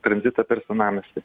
tranzitą per senamiestį